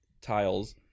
tiles